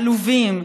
עלובים,